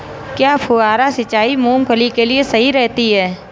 क्या फुहारा सिंचाई मूंगफली के लिए सही रहती है?